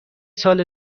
سال